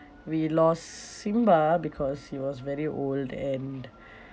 we lost s~ simba because he was very old and